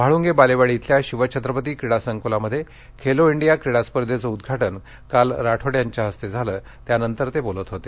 म्हाळूंगे बालेवाडी इथल्या शिव छत्रपती क्रीडा संक्लामध्ये खेलो इंडिया क्रीडा स्पर्धेचं उद्वाटन काल राठोड यांच्या हस्ते झालं त्यानंतर ते बोलत होते